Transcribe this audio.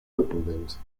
rückenwind